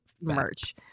merch